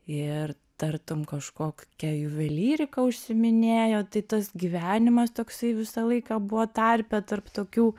ir tartum kažkokią juvelyrika užsiiminėjo tai tas gyvenimas toksai visą laiką buvo tarpe tarp tokių